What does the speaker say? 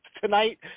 tonight